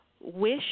wish